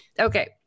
Okay